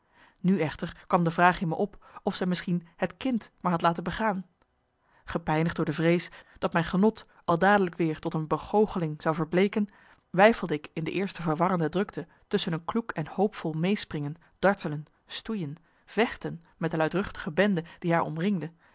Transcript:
nu echter kwam de vraag in me op of zij misschien het kind maar had laten begaan gepijnigd door de vrees dat mijn genot al dadelijk weer tot een begoocheling zou verbleeken weifelde ik in de eerste verwarrende drukte tusschen een kloek en hoopvol mee springen dartelen stoeien vechten met de luidruchtige bende die haar omringde